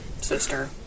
sister